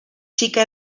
chica